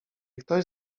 ktoś